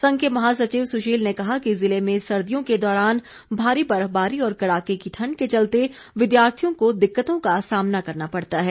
संघ के महासचिव सुशील ने कहा कि जिले में सर्दियों के दौरान भारी बर्फबारी और कड़ाके की ठण्ड के चलते विद्यार्थियों को दिक्कतों का सामना करना पड़ता है